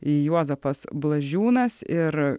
juozapas blažiūnas ir